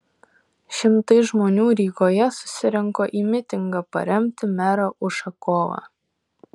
šimtai žmonių rygoje susirinko į mitingą paremti merą ušakovą